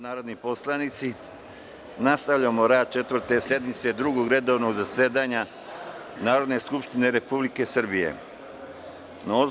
narodni poslanici, nastavljamo rad Četvrte sednice Drugog redovnog zasedanja Narodne skupštine Republike Srbije u 2013. godini.